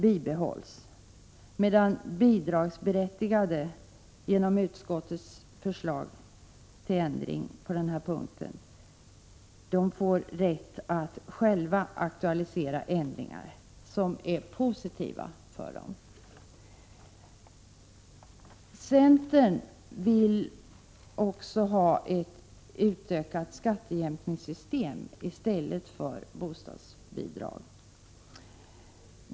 Bidragsberättigade däremot får genom utskottets förslag till en ändring på denna punkt rätt att själva aktualisera ändringar som är positiva för dem. Vidare vill centern också ha ett utökat skattejämkningssystem i stället för bostadsbidrag.